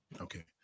Okay